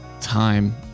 time